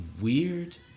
weird